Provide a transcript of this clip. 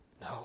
No